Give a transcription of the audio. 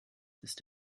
ist